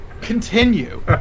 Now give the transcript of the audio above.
Continue